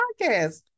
podcast